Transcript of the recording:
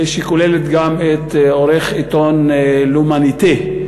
שכוללת גם את עורך העיתון "L'Humanité",